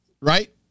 Right